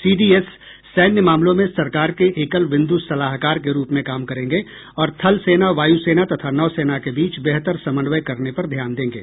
CDS सैन्य मामलों में सरकार के एकल बिंदु सलाहकार के रूप में काम करेंगे और थलसेना वायुसेना तथा नौसेना के बीच बेहतर समन्वय करने पर ध्यान देंगे